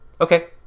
okay